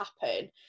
happen